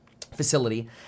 facility